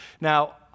Now